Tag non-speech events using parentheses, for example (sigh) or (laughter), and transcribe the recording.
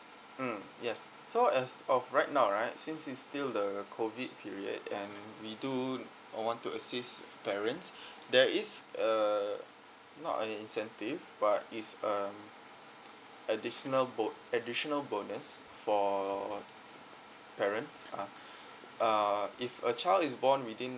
mm yes so as of right now right since it's still the COVID period and we do uh want to assist parents there is a not an incentive but it's a (noise) additional bo~ additional bonus for parents uh uh if a child is born within